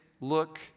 look